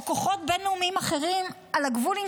או כוחות בין-לאומיים אחרים על הגבול עם